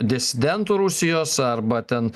disidentų rusijos arba ten